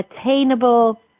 attainable